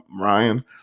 Ryan